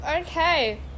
okay